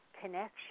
connection